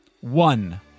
one